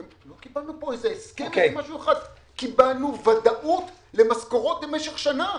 לא קיבלנו פה איזה הסכם --- קיבלנו ודאות למשכורות במשך שנה.